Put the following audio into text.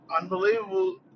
unbelievable